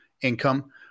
Income